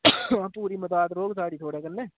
हां पूरी मदाद रौह्ग साढ़ी थुआढ़े कन्नै